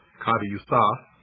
qadi yusuf.